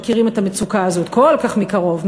שמכירים את המצוקה הזאת כל כך מקרוב,